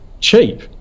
cheap